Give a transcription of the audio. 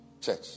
church